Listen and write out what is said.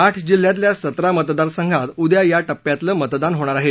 आठ जिल्ह्यातल्या सतरा मतदारसंघात उद्या या टप्प्यातलं मतदान होणार आहे